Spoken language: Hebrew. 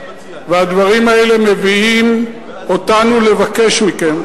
והדברים האלה מביאים אותנו לבקש מכם,